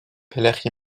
pelecʼh